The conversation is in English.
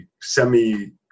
semi